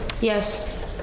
Yes